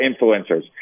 influencers